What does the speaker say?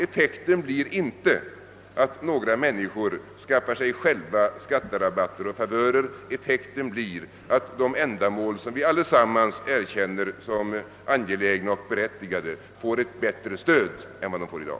Effekten blir inte att några människor skaffar sig själva skatterabatter och andra favörer, effekten blir att de ändamål, som vi allesammans erkänner som angelägna och berättigade, får ett bättre stöd än de får i dag.